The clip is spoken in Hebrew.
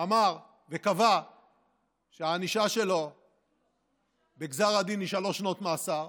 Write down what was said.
אמר וקבע שהענישה שלו בגזר הדין היא שלוש שנות מאסר,